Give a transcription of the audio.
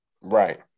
Right